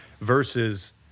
versus